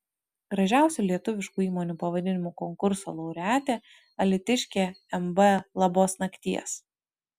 gražiausių lietuviškų įmonių pavadinimų konkurso laureatė alytiškė mb labos nakties